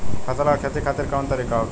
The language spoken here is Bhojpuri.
फसल का खेती खातिर कवन तरीका होखेला?